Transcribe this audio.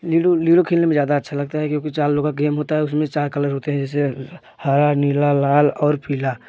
ludo ludo खेलने में ज़्यादा अच्छा लगता है क्योंकि चार लोग का गेम होता है उसमें चार कलर होते हैं जैसे हरा नीला लाल और पीला